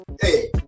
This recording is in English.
hey